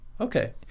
Okay